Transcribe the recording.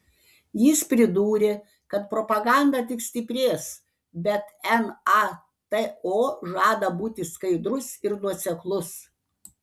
jis pridūrė kad propaganda tik stiprės bet nato žada būti skaidrus ir nuoseklus